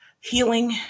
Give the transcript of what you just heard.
healing